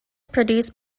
produced